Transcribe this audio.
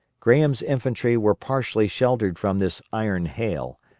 graham's infantry were partially sheltered from this iron hail,